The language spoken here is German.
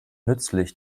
nützlich